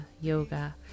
yoga